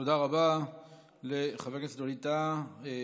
תודה רבה לחבר הכנסת ווליד טאהא.